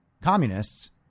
communists